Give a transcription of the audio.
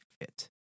fit